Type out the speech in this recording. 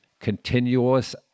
continuous